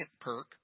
perk